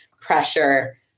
pressure